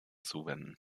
zuwenden